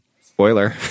Spoiler